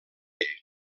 ell